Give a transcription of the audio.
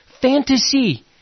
fantasy